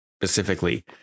specifically